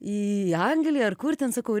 į angliją ar kur ten sakau